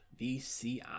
VCI